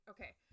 Okay